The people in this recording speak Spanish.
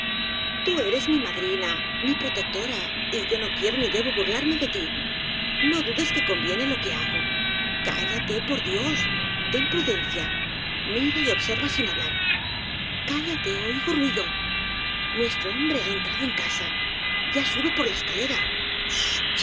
ú eres mi madrina mi pro tectora y yo no quiero ni debo burlarme de tí no dudes que conviene lo que hago cállate por dios ten prudencia mira y observa sin hablar cállate oigo ruido nuestro hombre ha entrado en casa ya sube por la escalera